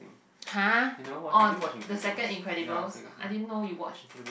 !huh! oh the the second Incredible I didn't know you watched